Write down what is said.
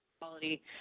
quality